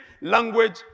language